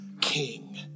King